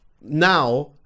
now